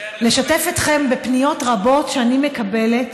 לשתף אתכם בפניות רבות שאני מקבלת